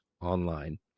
online